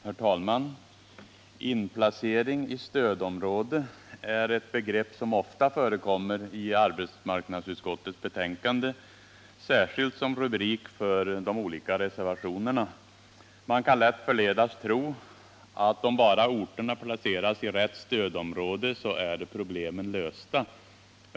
Herr talman! ”Inplacering i stödområde” är ett begrepp som ofta förekommer i arbetsmarknadsutskottets betänkande, särskilt som rubrik för de olika reservationerna. Man kan lätt förledas tro att om bara orterna placeras i rätt stödområde är problemen lösta.